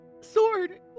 Sword